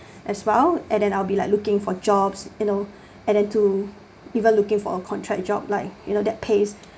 as well and then I'll be like looking for jobs you know and then to even looking for a contract job like you know that pace